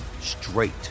straight